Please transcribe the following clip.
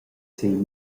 sil